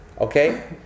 Okay